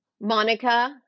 Monica